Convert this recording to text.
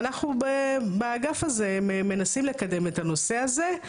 ואנחנו באגף הזה מנסים לקדם את הנושא הזה.